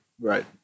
right